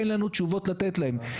ואין לנו תשובות לתת להם.